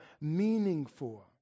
meaningful